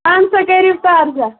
اہن سا کٔرِو عرضا